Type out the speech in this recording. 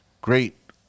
great